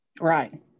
Right